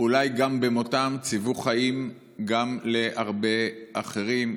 אולי במותם ציוו חיים להרבה אחרים.